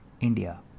India